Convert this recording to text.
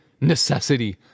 necessity